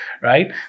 right